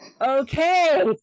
okay